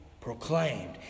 proclaimed